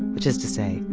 which is to say,